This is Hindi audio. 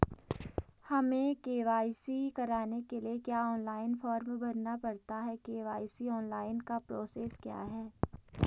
हमें के.वाई.सी कराने के लिए क्या ऑनलाइन फॉर्म भरना पड़ता है के.वाई.सी ऑनलाइन का प्रोसेस क्या है?